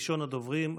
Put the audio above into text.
ראשון הדוברים,